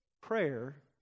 prayer